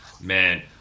man